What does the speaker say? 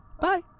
Bye